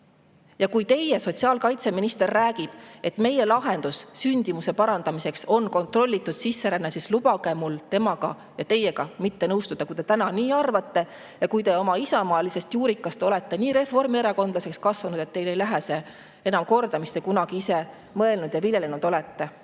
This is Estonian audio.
Ja kui teie sotsiaalkaitseminister räägib, et meie lahendus sündimuse parandamiseks on kontrollitud sisseränne, siis lubage mul temaga ja teiega mitte nõustuda, kui te täna nii arvate ja kui te oma isamaalisest juurest olete nii reformierakondlaseks kasvanud, et teile ei lähe see enam korda, mida te kunagi ise mõelnud ja viljelenud olete.